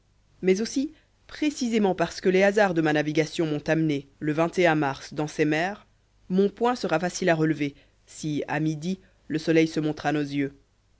mais aussi précisément parce que les hasards de ma navigation m'ont amené le mars dans ces mers mon point sera facile à relever si à midi le soleil se montre à nos yeux